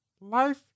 Life